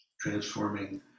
transforming